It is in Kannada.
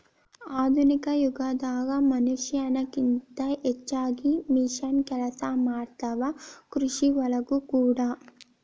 ಆಧುನಿಕ ಯುಗದಾಗ ಮನಷ್ಯಾನ ಕಿಂತ ಹೆಚಗಿ ಮಿಷನ್ ಕೆಲಸಾ ಮಾಡತಾವ ಕೃಷಿ ಒಳಗೂ ಕೂಡಾ